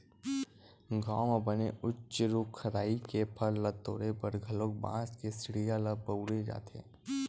गाँव म बने उच्च रूख राई के फर ल तोरे बर घलोक बांस के सिड़िया ल बउरे जाथे